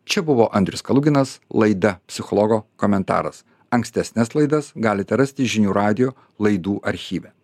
čia buvo andrius kaluginas laida psichologo komentaras ankstesnes laidas galite rasti žinių radijo laidų archyve